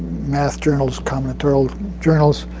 math journals, combinatorial journals,